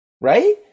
right